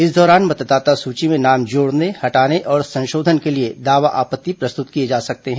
इस दौरान मतदाता सूची में नाम जोड़ने हटाने और संशोधन के लिए दावा आपत्ति प्रस्तुत किए जा सकते हैं